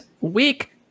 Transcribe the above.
week